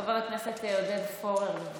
חבר הכנסת עודד פורר, בבקשה.